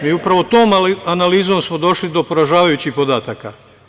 Mi upravo tom analizom smo došli do poražavajućih podataka.